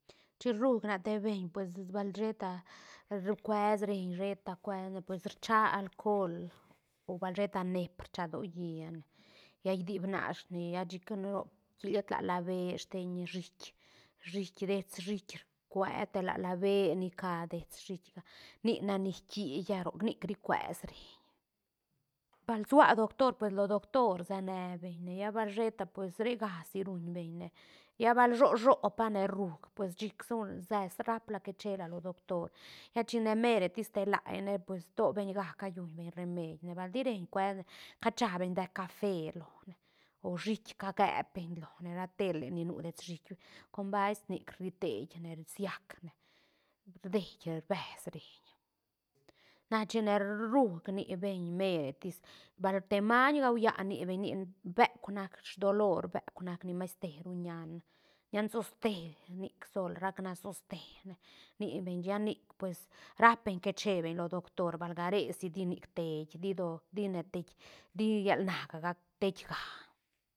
chin ruug na te beñ pues bal sheta cues reeñ sheta cuesne pues rcha alcohol o bal sheta neep rchadolliane lla diidnashne lla chicane roc kila tla la beë steñ shiich shiich dets shiich cuee te la la beë nica dets shiichga nicnac ni rquiga roc nic ri cues reeñ bal sua doctor pues lo doctor senebeñ lla bal sheta pues regasi ruñbeñne lla bal sho sho pane ruuk pues chicsol se- rapla que chela lo doctor lla chine meretis telaene pues to beñga callunbeñ remeidne bal ti reiñ cuesne cachabeñ dee cafe lone o shiich ca gepbeñlone ra tele ni nu dets shiich con basti nic riteiñne siacne rdei bes reiñ na chine ruug nibeñ meretis bal te maiñ gaulla ni beñ nic beuk nac dolor beuk nac ni mas teru ñaan ñaansoste nicsol rac natostene rnibeñ lla nic pues rapbeñ que chebeñ lo doctor balga resi ti nic teid ti do- tine teik di llal naga teikga